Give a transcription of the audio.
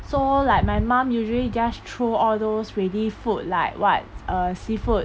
so like my mom usually just throw all those ready food like what uh seafood